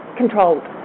controlled